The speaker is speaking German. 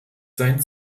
sein